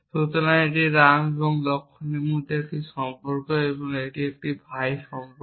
সুতরাং এটি রাম এবং লক্ষ্মণের মধ্যে একটি সম্পর্ক এবং এটি একটি ভাই সম্পর্ক